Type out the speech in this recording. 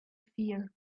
fear